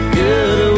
good